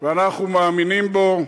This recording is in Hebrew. ואנחנו מאמינים בו,